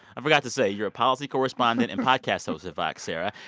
i forgot to say, you're a policy correspondent and podcast host at vox, sarah.